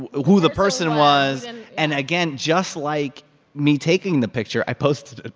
who the person was. and and again, just like me taking the picture, i posted it.